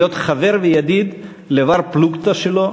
להיות חבר וידיד לבר-פלוגתא שלו,